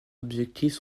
objectifs